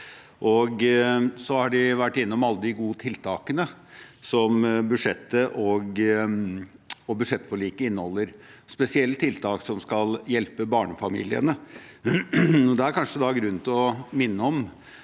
De har vært innom alle de gode tiltakene som budsjettet og budsjettforliket inneholder, spesielt tiltak som skal hjelpe barnefamiliene. Da er det kanskje grunn til å minne om